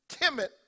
timid